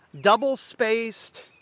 double-spaced